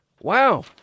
Wow